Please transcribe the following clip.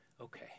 okay